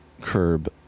curb